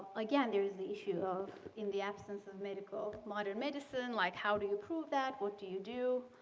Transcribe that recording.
again, there is the issue of in the absence of medical modern medicine, like how do you prove that, what do you do,